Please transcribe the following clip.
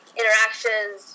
interactions